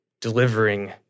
delivering